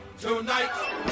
Tonight